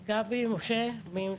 גבי, משה, מי מתייחס?